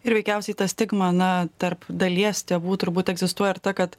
ir veikiausiai ta stigma na tarp dalies tėvų turbūt egzistuoja ir ta kad